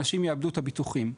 אנשים יאבדו את הביטוחים.